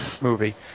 movie